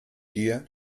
dir